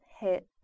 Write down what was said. hit